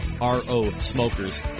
R-O-Smokers